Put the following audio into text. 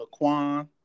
Laquan